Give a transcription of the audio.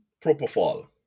propofol